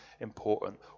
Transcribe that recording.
important